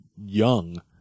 young